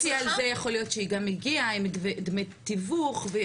תוסיפי לה שהיא הגיעה עם תיווך.